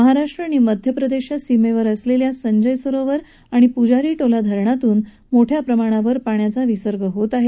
महाराष्ट् आणि मध्यप्रदेशाच्या सीमेवर असलेल्या संजय सरोवर आणि पुजारीटोला धरणातुन मोठ्या प्रमाणावर पाण्याचा विसर्ग केला आहे